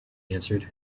answered